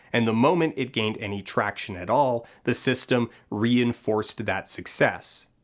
and the moment it gained any traction at all the system reinforced that success.